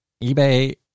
eBay